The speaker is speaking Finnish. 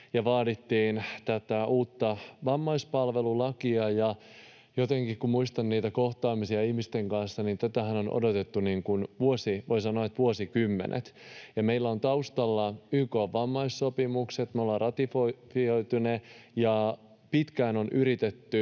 vaadittiin tätä uutta vammaispalvelulakia. Kun muistan niitä kohtaamisia ihmisten kanssa, niin tätähän on odotettu, voi sanoa, vuosikymmenet. Meillä on taustalla YK:n vammaissopimukset. Me ollaan ratifioitu ne, ja pitkään on yritetty